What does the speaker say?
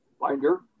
Binder